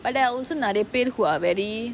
but there are also நெறய பேரு:neraya peru who are very